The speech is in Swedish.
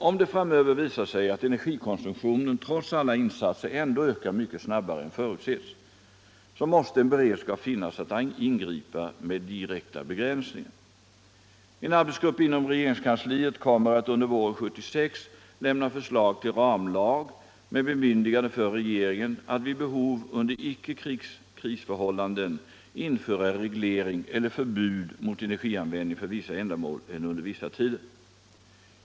Om det framöver visar sig att energikonsumtionen trots alla insatser ändå ökar mycket snabbare än förutsett, måste en beredskap finnas att ingripa med direkta begränsningar. En arbetsgrupp inom regeringskansliet kommer att under våren 1976 lämna förslag till ramlag med bemyndigande för regeringen att vid behov under icke-krisförhållanden införa reglering eller förbud mot energianvändning för vissa ändamål eller under vissa tider.